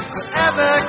Forever